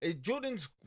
Jordan's